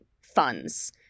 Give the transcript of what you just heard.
funds